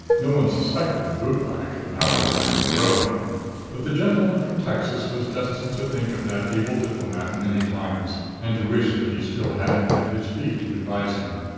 no one suspected the bootblack, the power behind the throne but the gentleman from texas was destined to think of that able diplomat many times, and to wish that he still had him at his feet to advise him.